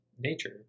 nature